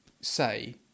say